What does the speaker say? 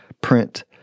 print